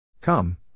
Come